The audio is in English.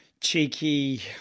cheeky